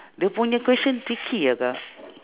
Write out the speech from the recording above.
dia punya question tricky ah kak